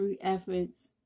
efforts